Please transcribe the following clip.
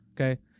Okay